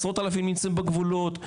עשרות אלפים נמצאים בגבולות.